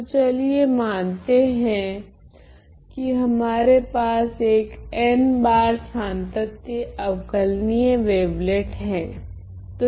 तो चलिए मानते है कि हमारे पास एक n बार सांतत्य अवकलनीय वेवलेट हैं